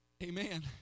Amen